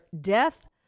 death